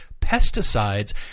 pesticides